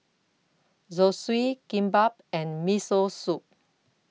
Zosui Kimbap and Miso Soup